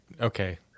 Okay